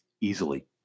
easily